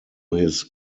his